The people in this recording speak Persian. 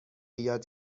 یاد